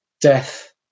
death